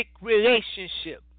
relationship